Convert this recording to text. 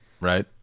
Right